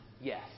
yes